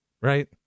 Right